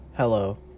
Hello